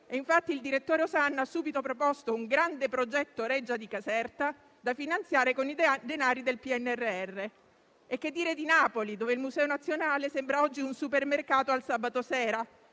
Infatti, il direttore Osanna ha subito proposto un grande progetto «Reggia di Caserta», da finanziare con i denari del PNRR. E che dire di Napoli, dove il Museo nazionale sembra oggi un supermercato al sabato sera,